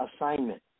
assignment